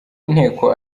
inteko